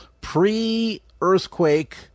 pre-earthquake